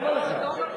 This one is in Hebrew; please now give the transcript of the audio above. מה זה "סתם"?